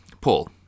Paul